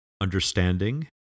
Understanding